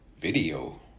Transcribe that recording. Video